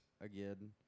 again